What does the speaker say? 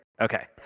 Okay